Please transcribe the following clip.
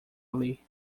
ali